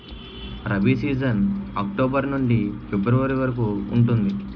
rabi season October నుండి ఫిబ్రవరి వరకు ఉంటుంది